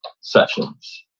sessions